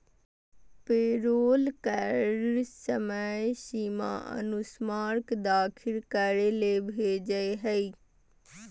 payroll कर समय सीमा अनुस्मारक दाखिल करे ले भेजय हइ